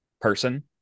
person